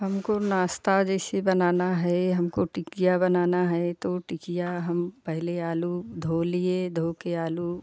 हमको नाश्ता जैसे बनाना है हमको टिकिया बनाना है तो टिकिया हम पहले आलू दो लिए धोके आलू